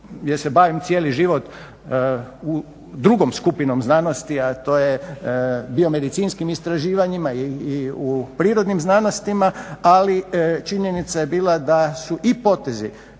jer se bavim cijeli život drugom skupinom znanosti, a to je biomedicinskim istraživanjima i u prirodnim znanostima, ali činjenica je bila da su i potezi